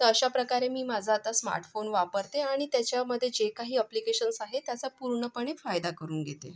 तर अशा प्रकारे मी माझा आता स्माटफोन वापरते आणि त्याच्यामध्ये जे काही अप्लिकेशन्स आहेत त्याचा पूर्णपणे फायदा करून घेते